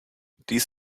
dies